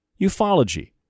ufology